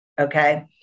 okay